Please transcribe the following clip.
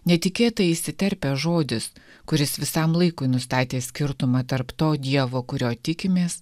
netikėtai įsiterpia žodis kuris visam laikui nustatė skirtumą tarp to dievo kurio tikimės